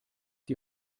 die